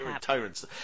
Tyrants